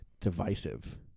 divisive